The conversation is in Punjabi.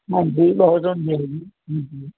ਹਾਂਜੀ ਬਹੁਤ ਹੁੰਦੀ ਹੈ ਜੀ ਜੀ ਜੀ